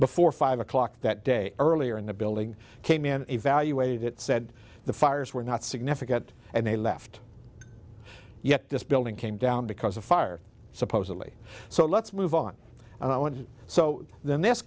before five o'clock that day earlier in the building came in evaluated it said the fires were not significant and they left yet this building came down because of fire supposedly so let's move on now and so then th